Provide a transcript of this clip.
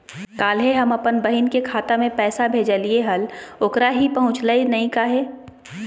कल्हे हम अपन बहिन के खाता में पैसा भेजलिए हल, ओकरा ही पहुँचलई नई काहे?